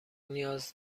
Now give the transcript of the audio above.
نیاز